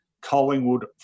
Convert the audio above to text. Collingwood